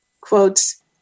quotes